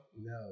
No